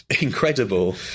incredible